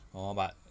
orh but